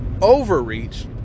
overreach